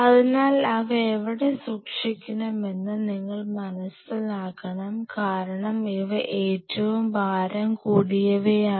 അതിനാൽ അവ എവിടെ സൂക്ഷിക്കണമെന്ന് നിങ്ങൾ മനസിലാക്കണം കാരണം ഇവ ഏറ്റവും ഭാരം കൂടിയവയാണ്